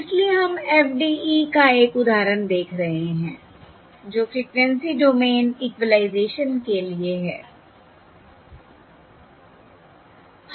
इसलिए हम FDE का एक उदाहरण देख रहे हैं जो फ्रीक्वेंसी डोमेन इक्विलाइज़ेशन के लिए है